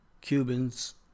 Cubans